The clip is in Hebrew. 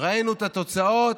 וראינו את התוצאות: